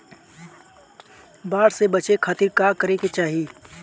बाढ़ से बचे खातिर का करे के चाहीं?